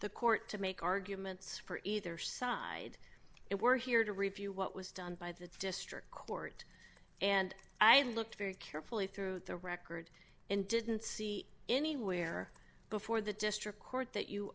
the court to make arguments for either side and we're here to review what was done by the district court and i looked very carefully through the record and didn't see anywhere before the district court that you